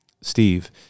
Steve